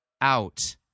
out